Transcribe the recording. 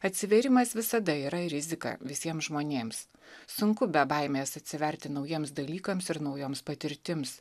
atsivėrimas visada yra rizika visiem žmonėms sunku be baimės atsiverti naujiems dalykams ir naujoms patirtims